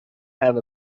have